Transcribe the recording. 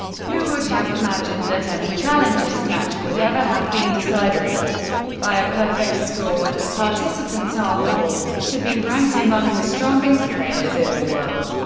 who would have imagined that any challenger's match would ever have been decided by a perfect score, when and the participants are all to be ranked among the strongest players in the world?